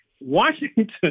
Washington